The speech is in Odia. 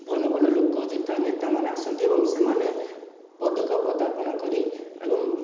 ଭଲ ଭଲ ଲୋକ ଯଥା ନେତା ମାନେ ଆସନ୍ତି ଏବଂ ସେମାନେ ପଦକ ପଦାର୍ପଣ କରି ଏବଂ